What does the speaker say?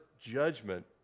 judgment